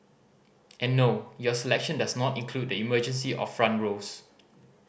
and no your selection does not include the emergency or front rows